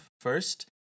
first